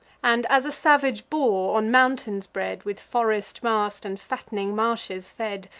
and, as a savage boar, on mountains bred, with forest mast and fatt'ning marshes fed,